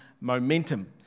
Momentum